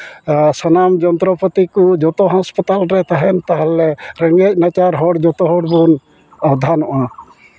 ᱥᱟᱱᱟᱢ ᱡᱚᱱᱛᱨᱚᱯᱟᱹᱛᱤ ᱠᱚ ᱡᱚᱛᱚ ᱦᱟᱥᱯᱟᱛᱟᱞ ᱨᱮ ᱛᱟᱦᱮᱱ ᱛᱟᱦᱚᱞᱮ ᱨᱮᱸᱜᱮᱡ ᱱᱟᱪᱟᱨ ᱡᱚᱛᱚ ᱦᱚᱲ ᱵᱚᱱ ᱟᱫᱷᱟᱱᱚᱜᱼᱟ